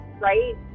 right